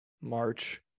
March